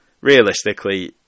realistically